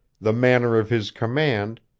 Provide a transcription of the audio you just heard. the manner of his command,